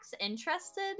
interested